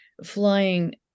Flying